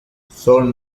son